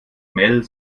mel